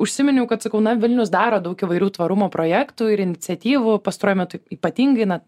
užsiminiau kad sakau na vilnius daro daug įvairių tvarumo projektų ir iniciatyvų pastaruoju metu ypatingai na